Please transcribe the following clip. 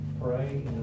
pray